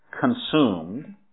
consumed